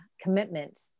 commitment